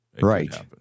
Right